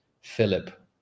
Philip